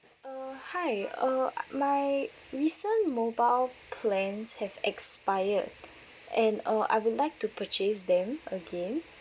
uh hi uh my recent mobile plans have expired and uh I would like to purchase them again